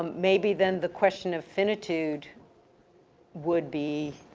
maybe then the question of finitude would be